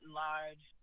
large